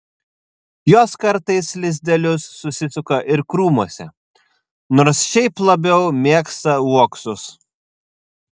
jos kartais lizdelius susisuka ir krūmuose nors šiaip labiau mėgsta uoksus